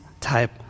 type